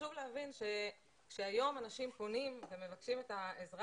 חשוב להבין שכשהיום אנשים פונים ומבקשים את העזרה